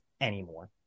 anymore